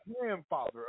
grandfather